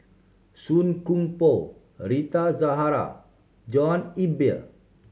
Song Koon Poh Rita Zahara John Eber